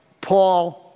Paul